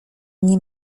nie